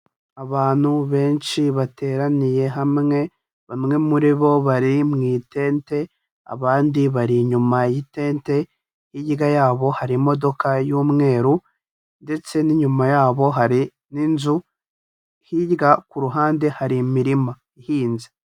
Abantu benshi bateraniye hamwe, bamwe muri bo bari mu itente, abandi bari inyuma y'itente, hirya yabo hari imodoka y'umweru, ndetse n'inyuma yabo hari n'inzu, hirya ku ruhande hari imirima ihinze.